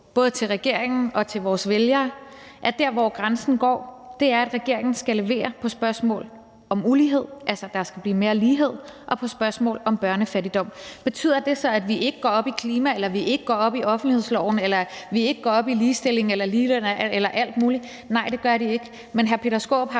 både til regeringen og til vores vælgere, at der, hvor grænsen går, er, at regeringen skal levere på spørgsmål om ulighed – altså, der skal blive mere lighed – og på spørgsmål om børnefattigdom. Betyder det så, at vi ikke går op i klima, at vi ikke går op i offentlighedsloven, eller at vi ikke går op i ligestilling eller ligeløn eller alt muligt andet? Nej, det gør det ikke, men hr. Peter Skaarup har